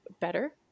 better